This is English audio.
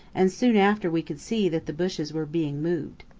and soon after we could see that the bushes were being moved.